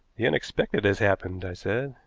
the unexpected has happened, i said.